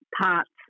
parts